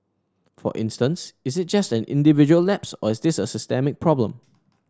for instance is it just an individual lapse or is this a systemic problem